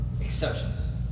exceptions